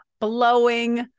blowing